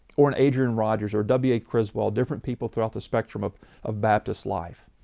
or an adrian rogers or a w. a. criswell different people throughout the spectrum of of baptist life.